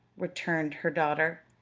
returned her daughter.